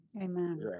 Amen